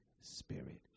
spirit